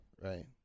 right